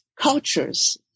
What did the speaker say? cultures